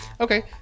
Okay